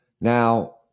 Now